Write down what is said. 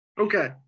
Okay